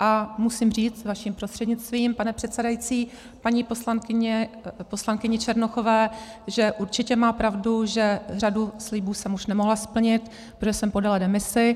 A musím říct vaším prostřednictvím, pane předsedající, paní poslankyni Černochové, že určitě má pravdu, že řadu slibů jsem už nemohla splnit, protože jsem podala demisi.